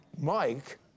Mike